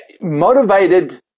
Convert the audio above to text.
motivated